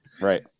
Right